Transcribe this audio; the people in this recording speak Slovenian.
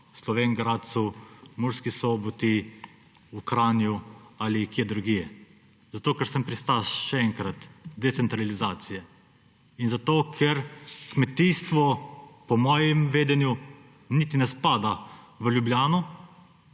Slovenj Gradcu, Murski Soboti, Kranju ali kje drugje. Zato ker sem pristaš − še enkrat − decentralizacije in zato ker kmetijstvo po mojem vedenju niti ne spada v Ljubljano.